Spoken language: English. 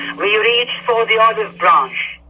we reach for the olive branch.